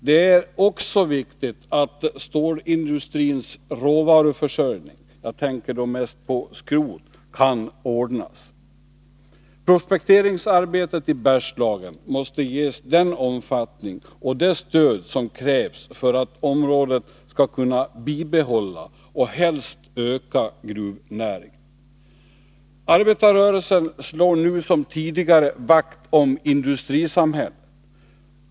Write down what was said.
Det är också viktigt att stålindustrins råvaruförsörjning — jag tänker då mest på skrot — kan ordnas. Prospekteringsarbetet i Bergslagen måste ges den omfattning och det stöd som krävs för att området skall kunna bibehålla och helst öka gruvnäringen. Arbetarrörelsen slår nu som tidigare vakt om industrisamhället.